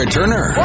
Turner